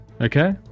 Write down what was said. Okay